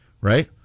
right